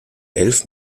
elf